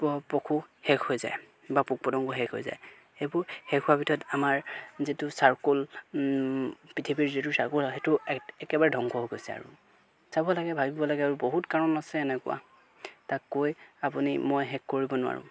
প পশু শেষ হৈ যায় বা পোক পতংগ শেষ হৈ যায় সেইবোৰ শেষ হোৱাৰ ভিতৰত আমাৰ যিটো চাৰ্কল পৃথিৱীৰ যিটো চাৰ্কল সেইটো এক একেবাৰে ধ্বংস হৈ গৈছে আৰু চাব লাগে ভাবিব লাগে আৰু বহুত কাৰণ আছে এনেকুৱা তাক কৈ আপুনি মই শেষ কৰিব নোৱাৰোঁ